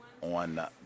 on